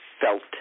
felt